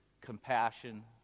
compassion